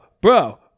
bro